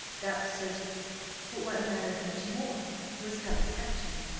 that was certain but what mattered much more was how to catch him,